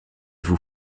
vous